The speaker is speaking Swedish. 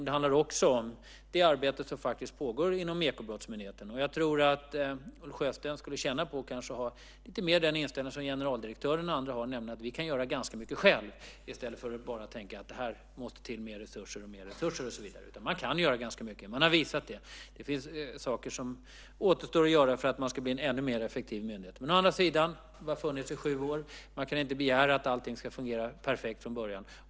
Det handlar också om det arbete som faktiskt pågår inom Ekobrottsmyndigheten. Jag tror att Ulf Sjösten skulle tjäna på att ha den inställning som generaldirektören och andra har, nämligen att vi kan göra mycket själva i stället för att tänka att det måste till mer resurser och så vidare. Det går att göra mycket. Det har visats. Det finns saker som återstår att göra för att det ska bli en ännu mer effektiv myndighet. Myndigheten har funnits i sju år, och man kan inte begära att allt ska fungera perfekt från början.